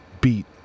beat